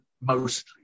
mostly